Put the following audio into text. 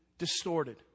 distorted